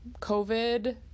COVID